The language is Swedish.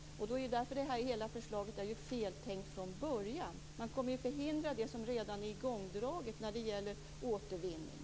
Därför är hela förslaget feltänkt från början. Man kommer att förhindra det som redan är igångdraget när det gäller återvinning.